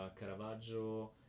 Caravaggio